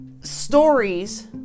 stories